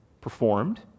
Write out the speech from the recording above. performed